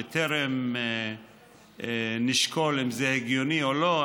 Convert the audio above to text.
בטרם נשקול אם זה הגיוני או לא,